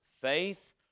faith